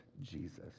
Jesus